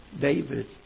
David